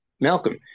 Malcolm